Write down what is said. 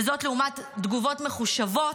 וזאת לעומת תגובות מחושבות,